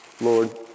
Lord